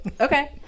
Okay